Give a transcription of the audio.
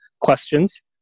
questions